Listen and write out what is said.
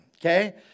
okay